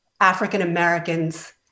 African-Americans